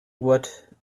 what